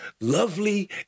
lovely